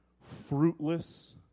fruitless